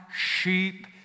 sheep